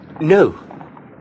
No